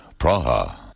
Praha